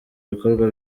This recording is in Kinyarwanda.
ibikorwa